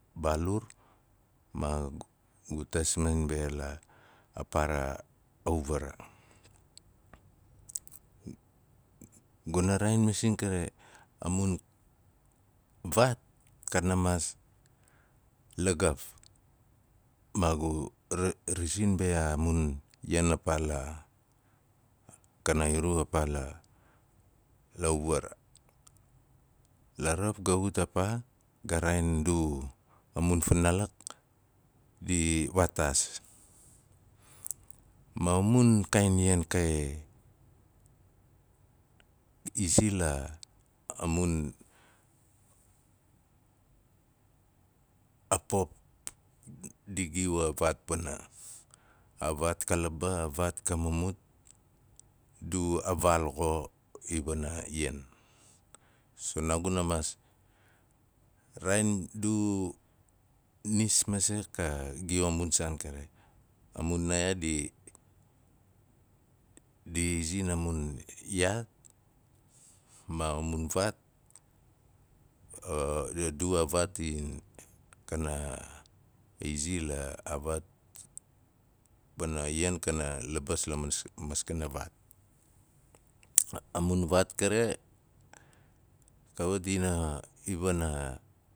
Guuna raain masing kare, a mun vaat kana maas lagaf ma mun kaain ian kae, izi la, a pop d- di i giu a vaat pana. A vaat ka laba, a vaat ka mumut, du a vaal xo i wana ian. So naaguna maas, raain du nis masing ka giu a mun saan kare. A mun naa iyaa di, di ma a mun vaat a du a vaat in, kana izi wana vaat pana a ian kana libis la ma maskana vaat a mun vaat kare, kawat dina, wana